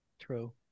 True